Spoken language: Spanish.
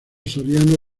soriano